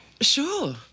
Sure